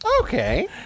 Okay